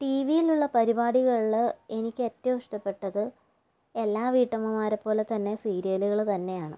T വിയിലുള്ള പരിപാടികളില് എനിക്ക് ഏറ്റവും ഇഷ്ടപ്പെട്ടത് എല്ലാ വീട്ടമ്മമാരെപ്പോലെതന്നെ സീരിയലുകള് തന്നെയാണ്